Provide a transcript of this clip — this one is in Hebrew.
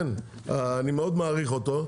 אני מעריך אותו מאוד,